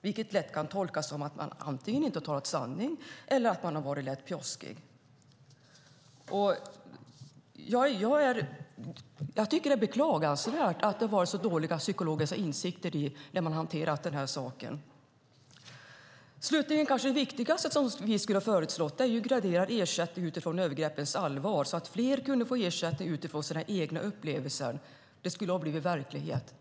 Det kan lätt tolkas så att de antingen inte har talat sanning eller har varit lätt pjoskiga. Jag tycker att det är beklagligt att man har haft så dåliga psykologiska insikter när man har hanterat den här saken. Slutligen skulle kanske det viktigaste som vi skulle ha föreslagit varit en graderad ersättning utifrån övergreppens allvar så att fler kunde få ersättning utifrån sina egna upplevelser.